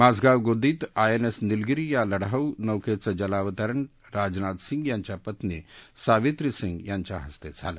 माझगाव गोदीत आयएनएस नीलगिरी या लढाऊ नौक्खिजलावतरण राजनाथ सिंह यांच्या पत्नी सावित्री सिंह यांच्या हस्ताझालं